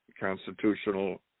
constitutional